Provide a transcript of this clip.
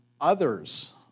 others